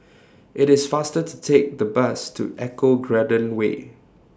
IT IS faster to Take The Bus to Eco Garden Way